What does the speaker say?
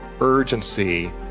urgency